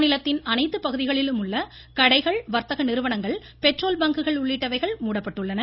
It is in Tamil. மாநிலத்தின் அனைத்து பகுதிகளிலும் உள்ள கடைகள் வர்த்தக நிறுவனங்கள் பெட்ரோல் பங்குகள் உள்ளிட்டவைகள் மூடப்பட்டுள்ளன